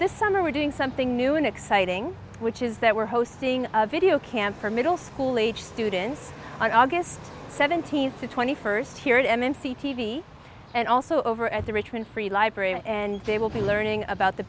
this summer we're doing something new and exciting which is that we're hosting a video camp for middle school age students on aug seventeenth to twenty first here at m and c t v and also over at the richmond free library and they will be learning about the